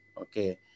Okay